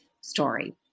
story